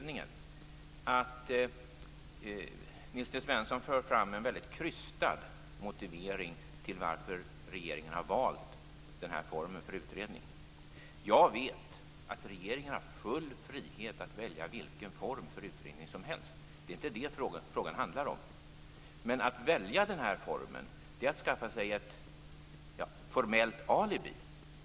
Nils T Svensson för fram en mycket krystad motivering till varför regeringen har valt den här formen för utredningen. Jag vet att regeringen har full frihet att välja vilken form för utredningen som helst. Det är inte vad frågan handlar om. Att välja den här formen är att skaffa sig ett formellt alibi.